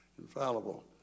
infallible